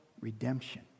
redemption